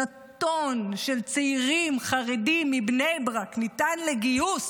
שנתון של צעירים חרדים מבני ברק ניתן לגיוס